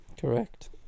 correct